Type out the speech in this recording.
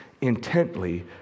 intently